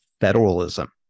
federalism